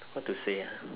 what to say ah